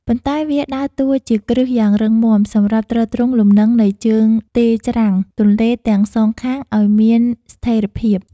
ប៉ុន្តែវាដើរតួជាគ្រឹះយ៉ាងរឹងមាំសម្រាប់ទ្រទ្រង់លំនឹងនៃជើងទេរច្រាំងទន្លេទាំងសងខាងឱ្យមានស្ថិរភាព។